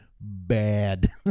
bad